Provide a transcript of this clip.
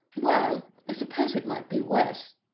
well, i suppose it might be worse.